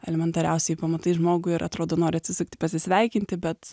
elementariausiai pamatai žmogų ir atrodo nori atsisukti pasisveikinti bet